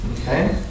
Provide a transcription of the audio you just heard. Okay